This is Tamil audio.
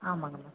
ஆமாம்ங்க மேம்